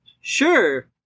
sure